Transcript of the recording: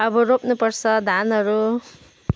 अब रोप्नु पर्छ धानहरू